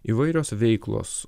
įvairios veiklos